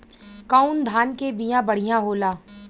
कौन धान के बिया बढ़ियां होला?